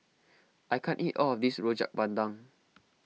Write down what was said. I can't eat all of this Rojak Bandung